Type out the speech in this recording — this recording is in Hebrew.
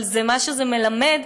אבל מה שזה מלמד,